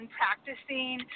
practicing